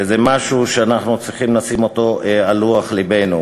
וזה משהו שאנחנו צריכים לשים על לוח לבנו.